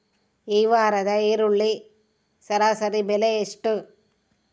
ಈ ವಾರದ ಈರುಳ್ಳಿ ಸರಾಸರಿ ಬೆಲೆ ಎಷ್ಟು?